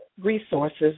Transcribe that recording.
resources